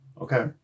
okay